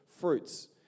fruits